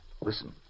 Listen